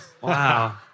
Wow